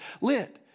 lit